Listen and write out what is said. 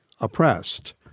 oppressed